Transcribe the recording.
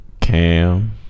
Cam